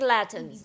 Latin